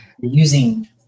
using